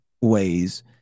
ways